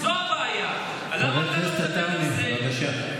חבר הכנסת עטאונה, בבקשה.